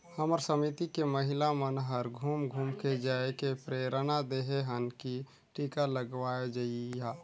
हमर समिति के महिला मन हर घुम घुम के जायके प्रेरना देहे हन की टीका लगवाये जइहा